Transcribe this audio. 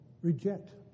reject